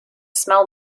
smell